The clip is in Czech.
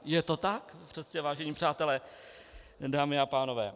Je to tak, vážení přátelé, dámy a pánové.